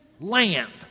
land